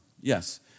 yes